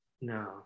no